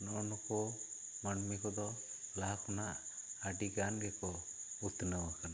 ᱱᱩᱱᱠᱩ ᱱᱩᱠᱩ ᱢᱟᱹᱱᱢᱤ ᱠᱚ ᱫᱚ ᱞᱟᱦᱟ ᱠᱷᱚᱱᱟᱜ ᱟᱹᱰᱤ ᱜᱟᱱ ᱜᱮᱠᱚ ᱩᱛᱱᱟᱹᱣ ᱠᱟᱱᱟ